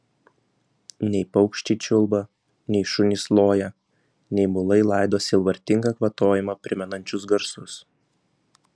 nei paukščiai čiulba nei šunys loja nei mulai laido sielvartingą kvatojimą primenančius garsus